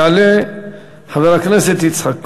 יעלה חבר הכנסת יצחק כהן,